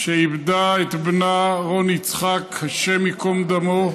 שאיבדה את בנה רון יצחק, ה' ייקום דמו,